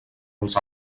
els